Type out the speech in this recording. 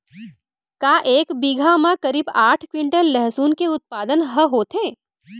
का एक बीघा म करीब आठ क्विंटल लहसुन के उत्पादन ह होथे?